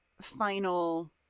final